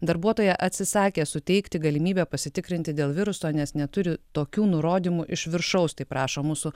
darbuotoja atsisakė suteikti galimybę pasitikrinti dėl viruso nes neturi tokių nurodymų iš viršaus taip rašo mūsų